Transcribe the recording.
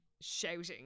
shouting